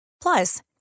Plus